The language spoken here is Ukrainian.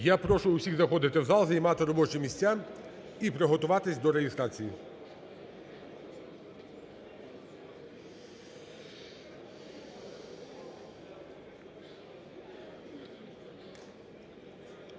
Я прошу всіх заходити в зал, займати робочі місця і приготуватись до реєстрації.